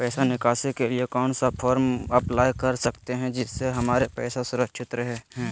पैसा निकासी के लिए कौन सा फॉर्म अप्लाई कर सकते हैं जिससे हमारे पैसा सुरक्षित रहे हैं?